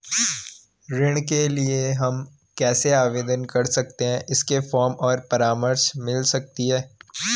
ऋण के लिए हम कैसे आवेदन कर सकते हैं इसके फॉर्म और परामर्श मिल सकती है?